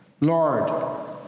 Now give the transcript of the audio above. Lord